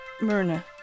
Myrna